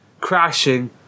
crashing